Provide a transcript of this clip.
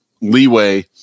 leeway